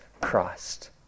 Christ